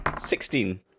Sixteen